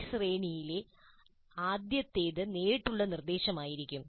ഈ ശ്രേണിയിലെ ആദ്യത്തേത് നേരിട്ടുള്ള നിർദ്ദേശമായിരിക്കും